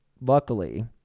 luckily